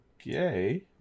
Okay